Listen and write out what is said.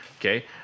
Okay